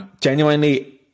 genuinely